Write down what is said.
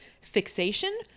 fixation